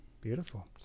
beautiful